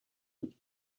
which